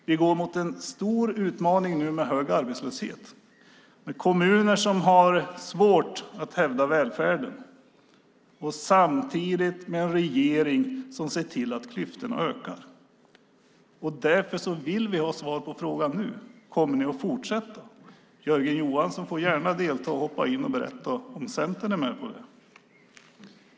Vi går nu mot en stor utmaning med hög arbetslöshet och med kommuner som har svårt att hävda välfärden. Samtidigt har vi en regering som ser till att klyftorna ökar. Därför vill vi nu ha svar på frågan: Kommer ni att fortsätta? Jörgen Johansson får gärna delta i debatten och berätta om Centern är med på det.